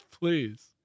Please